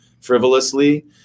frivolously